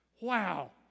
Wow